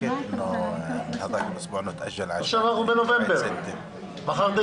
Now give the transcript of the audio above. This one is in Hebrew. שמונה חודשים התמחות בכנסת,